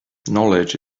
knowledge